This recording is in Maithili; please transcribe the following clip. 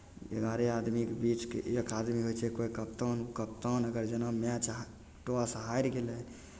एगारह आदमीके बीचके एक आदमी होइ छै कोइ कप्तान कप्तानके जेना मैच हा टॉस हारि गेलै